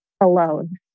alone